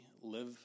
live